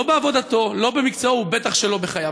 לא בעבודתו, לא במקצועו, ובטח שלא בחייו.